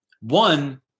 one